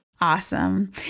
Awesome